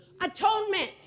atonement